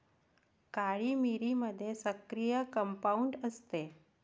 काळी मिरीमध्ये सक्रिय कंपाऊंड असते